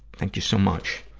thank you so much.